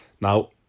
Now